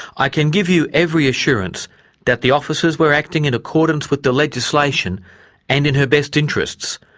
i can give you every assurance that the officers were acting in accordance with the legislation and in her best interests,